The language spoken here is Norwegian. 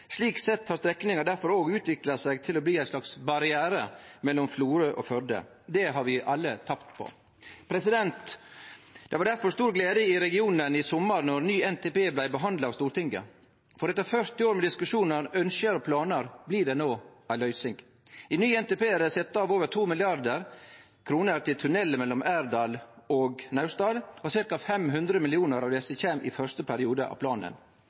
Slik sett har strekninga difor òg utvikla seg til å bli ein slags barriere mellom Florø og Førde. Det har vi alle tapt på. Det var difor stor glede i regionen i sommar då ny NTP blei behandla av Stortinget, for etter 40 år med diskusjonar, ønske og planar blir det no ei løysing. I ny NTP er det sett av over 2 mrd. kr til tunnel mellom Erdal og Naustdal, og ca. 500 millionar av desse kjem i første periode av planen.